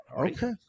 Okay